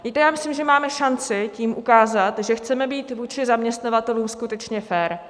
Víte, já myslím, že máme šanci tím ukázat, že chceme být vůči zaměstnavatelům skutečně fér.